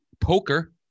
poker